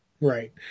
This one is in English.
right